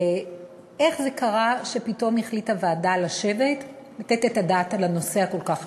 איך זה קרה שפתאום החליטה ועדה לשבת ולתת את הדעת על נושא כל כך חשוב?